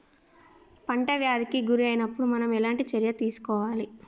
పంట వ్యాధి కి గురి అయినపుడు మనం ఎలాంటి చర్య తీసుకోవాలి?